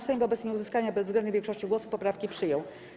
Sejm wobec nieuzyskania bezwzględnej większości głosów poprawki przyjął.